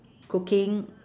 cooking